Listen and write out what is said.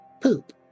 poop